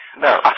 No